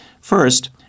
First